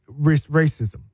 racism